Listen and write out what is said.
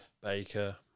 Baker